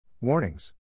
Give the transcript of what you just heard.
warnings